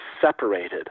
separated